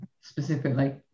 specifically